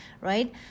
right